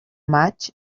maig